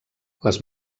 les